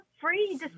free